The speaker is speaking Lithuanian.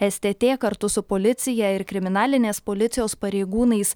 stt kartu su policija ir kriminalinės policijos pareigūnais